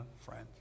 friends